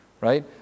Right